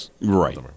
Right